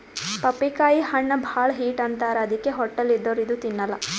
ಪಪ್ಪಿಕಾಯಿ ಹಣ್ಣ್ ಭಾಳ್ ಹೀಟ್ ಅಂತಾರ್ ಅದಕ್ಕೆ ಹೊಟ್ಟಲ್ ಇದ್ದೋರ್ ಇದು ತಿನ್ನಲ್ಲಾ